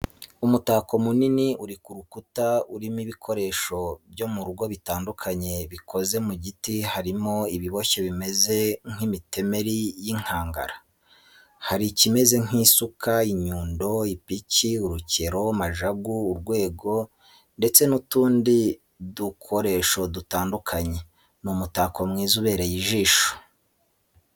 Umutako munini uri ku rukuta urimo ibikoresho byo mu rugo bitandukanye bikoze mu giti harimo ibiboshye bimeze nk'mitemeri y'inkangara, hari ikimeze nk'isuka, inyundo, ipiki, urukero, majagu, urwego, ndetse n'utundi dukoresho dutandukanye, ni umutako mwiza ubereye ijisho.